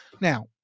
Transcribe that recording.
Now